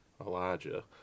Elijah